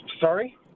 Sorry